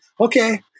Okay